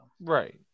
Right